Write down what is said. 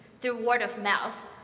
through word of mouth,